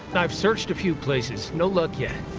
i've searched a few places. no luck yet.